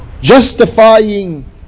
justifying